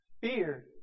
fear